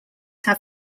have